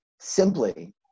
simply